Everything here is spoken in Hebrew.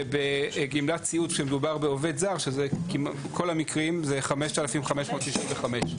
ובגמלת סיעוד כשמדובר בעובד זר בכל המקרים זה 5,595 שקלים.